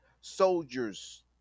soldiers